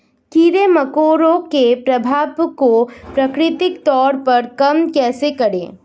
कीड़े मकोड़ों के प्रभाव को प्राकृतिक तौर पर कम कैसे करें?